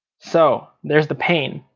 so there's the pain.